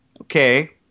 Okay